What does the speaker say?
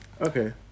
Okay